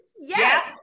Yes